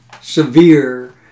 severe